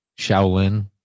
Shaolin